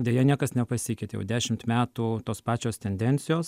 deja niekas nepasikeitė jau dešimt metų tos pačios tendencijos